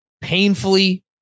painfully